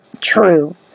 true